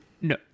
No